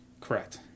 Correct